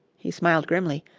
he smiled grimly,